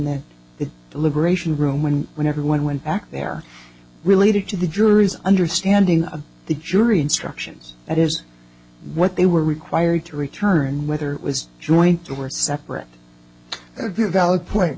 that the liberation room when whenever one went back there related to the jury's understanding of the jury instructions that is what they were required to return whether it was joint or separate a very valid point